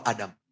Adam